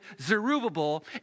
Zerubbabel